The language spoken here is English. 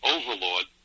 Overlord